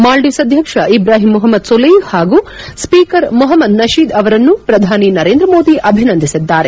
ಮಾಲ್ಡೀವ್ಸ್ ಅಧ್ಯಕ್ಷ ಇಬ್ರಾಹಿಂ ಮೊಪಮ್ಮದ್ ಸೊಲಿಪ್ ಪಾಗೂ ಸ್ವೀಕರ್ ಮೊಪಮ್ಮದ್ ನಶೀದ್ ಅವರನ್ನು ಪ್ರಧಾನಿ ನರೇಂದ್ರಮೋದಿ ಅಭಿನಂದಿಸಿದ್ದಾರೆ